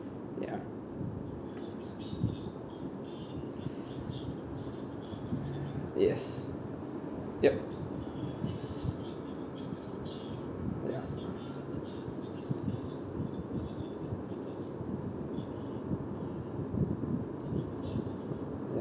ya yes yup ya ya